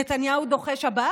נתניהו דוחה שבת?